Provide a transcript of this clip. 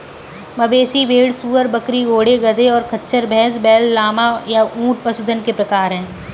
मवेशी, भेड़, सूअर, बकरी, घोड़े, गधे, और खच्चर, भैंस, बैल, लामा, या ऊंट पशुधन के प्रकार हैं